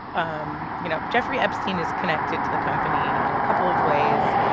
um you know, jeffrey epstein is connected to the company in a couple of ways.